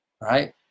right